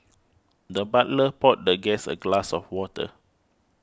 the butler poured the guest a glass of water